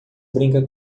brinca